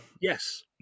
Yes